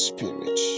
Spirit